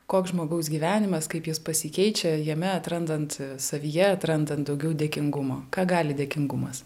koks žmogaus gyvenimas kaip jis pasikeičia jame atrandant savyje atrandant daugiau dėkingumo ką gali dėkingumas